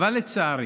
אבל לצערי,